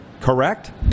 Correct